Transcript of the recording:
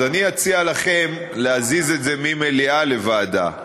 אז אציע לכם להזיז את זה מהמליאה לוועדה.